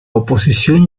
oposición